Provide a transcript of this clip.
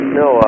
no